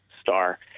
star